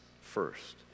first